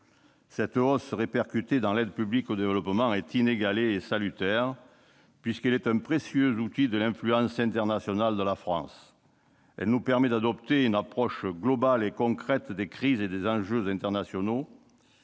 Cette hausse, répercutée dans l'aide publique au développement, est inégalée et salutaire, puisqu'elle est un précieux outil de l'influence internationale de la France. Elle nous permet d'adopter une approche globale et concrète des crises et des enjeux internationaux.